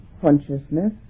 consciousness